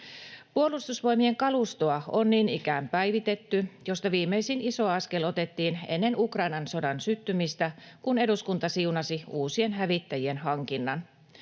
Puolustusvoimien kalustoa on niin ikään päivitetty, mistä viimeisin iso askel otettiin ennen Ukrainan sodan syttymistä, kun eduskunta siunasi uusien hävittäjien hankinnan.